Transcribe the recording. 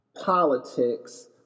politics